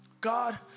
God